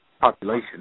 population